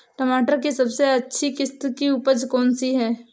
टमाटर की सबसे अच्छी किश्त की उपज कौन सी है?